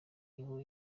niho